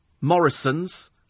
Morrison's